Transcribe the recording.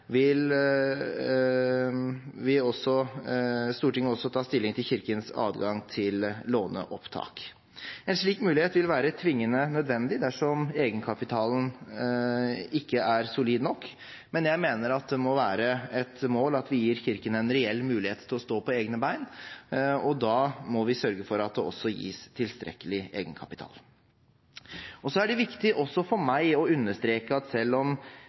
vil Stortinget også ta stilling til Kirkens adgang til låneopptak. En slik mulighet vil være tvingende nødvendig dersom egenkapitalen ikke er solid nok, men jeg mener at det må være et mål at vi gir Kirken en reell mulighet til å stå på egne bein, og da må vi sørge for at det også gis tilstrekkelig egenkapital. Så er det viktig også for meg å understreke at selv om